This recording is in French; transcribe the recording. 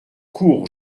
cours